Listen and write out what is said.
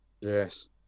Yes